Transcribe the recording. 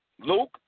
Luke